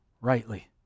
rightly